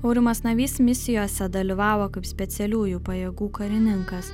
aurimas navys misijose dalyvavo kaip specialiųjų pajėgų karininkas